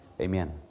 Amen